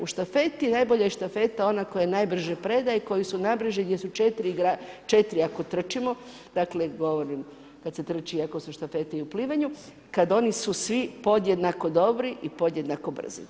U štafeti, najbolja štafeta je ona koja najbrže predaje i koja su najbrži, gdje su 4 ako trčimo, dakle, govorim, kada se trči i ako se u štafetu i u plivanju, kad oni su svi podjednako dobri i podjednako brzi.